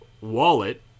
wallet